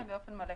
כן, באופן מלא.